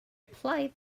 play